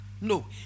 No